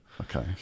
okay